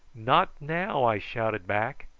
not now, i shouted back.